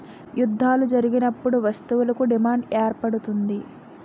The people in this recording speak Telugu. యుద్ధాలు జరిగినప్పుడు వస్తువులకు డిమాండ్ ఏర్పడుతుంది